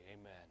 Amen